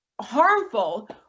harmful